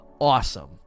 awesome